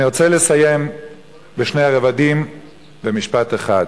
אני רוצה לסיים בשני רבדים במשפט אחד.